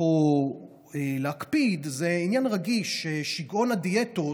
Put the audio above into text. פה להקפיד, זה עניין רגיש, ששיגעון הדיאטות